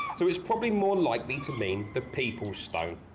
so is probably more likely to mean the people stone.